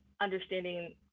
Understanding